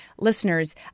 listeners